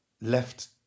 left